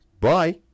Bye